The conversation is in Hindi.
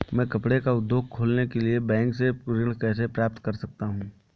मैं कपड़े का उद्योग खोलने के लिए बैंक से ऋण कैसे प्राप्त कर सकता हूँ?